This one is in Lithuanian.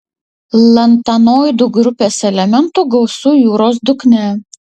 lantanoidų grupės elementų gausu jūros dugne